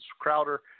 Crowder